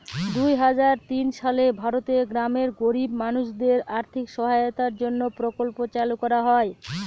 দুই হাজার তিন সালে ভারতের গ্রামের গরিব মানুষদের আর্থিক সহায়তার জন্য প্রকল্প চালু করা হয়